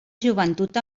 joventut